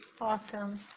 Awesome